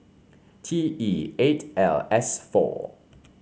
T E eight L S four